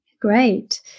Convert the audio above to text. great